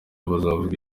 bazavuga